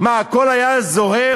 הכול היה זוהר,